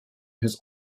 has